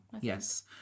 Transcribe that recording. Yes